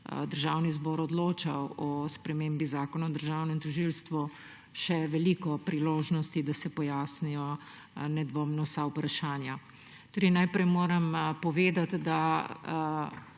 Državni zbor odločal o spremembi Zakona o državnem tožilstvu, še veliko priložnosti, da se pojasnijo nedvomno vsa vprašanja. Najprej moram povedati, da